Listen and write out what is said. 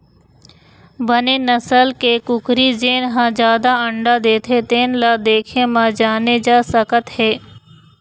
बने नसल के कुकरी जेन ह जादा अंडा देथे तेन ल देखे म जाने जा सकत हे